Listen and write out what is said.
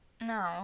no